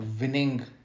Winning